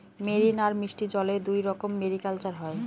marine আর মিষ্টি জলে দুইরকম মেরিকালচার হয়